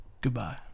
Goodbye